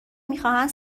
میخواهند